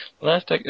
Last